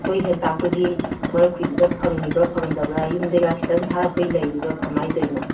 ꯑꯩꯈꯣꯏ ꯍꯦꯟꯇꯥꯛꯇꯨꯒꯤ ꯃꯔꯨꯞꯀꯤꯗꯨꯗ ꯐꯪꯉꯤꯕ꯭ꯔꯥ ꯐꯪꯗꯕ꯭ꯔꯥ ꯌꯨꯝꯗꯩꯒ ꯈꯤꯇꯪ ꯊꯥꯔꯛꯄꯩ ꯂꯩꯔꯤꯕꯥ ꯀꯃꯥꯏꯅ ꯇꯧꯔꯤꯅꯣ